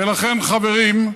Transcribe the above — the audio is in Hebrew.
ולכן, חברים,